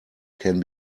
can